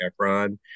efron